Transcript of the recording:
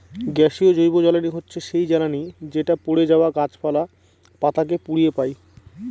গ্যাসীয় জৈবজ্বালানী হচ্ছে সেই জ্বালানি যেটা পড়ে যাওয়া গাছপালা, পাতা কে পুড়িয়ে পাই